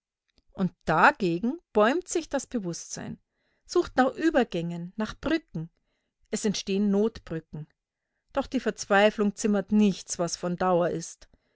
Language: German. und dagegen bäumt sich das bewußtsein sucht nach übergängen nach brücken es entstehen notbrücken doch die verzweiflung zimmert nichts was von dauer ist